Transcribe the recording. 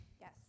Yes